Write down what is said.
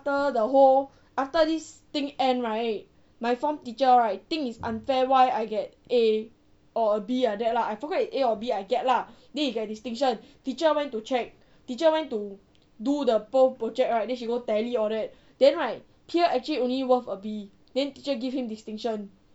the whole after this thing end right my form teacher right think is unfair why I get A or a B like that lah I forget A or B I get lah then he get distinction teacher went to check teacher went to do the pierre project right then she go tally all that then right pierre actually only worth a B then teacher give him distinction